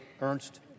Ernst